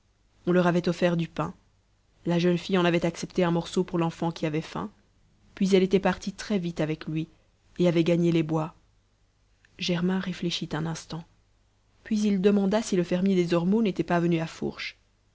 on leur avait offert du pain la jeune fille en avait accepté un morceau pour l'enfant qui avait faim puis elle était partie très vite avec lui et avait gagné les bois germain réfléchit un instant puis il demanda si le fermier des ormeaux n'était pas venu à fourche